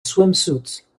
swimsuits